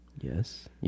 Yes